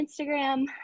instagram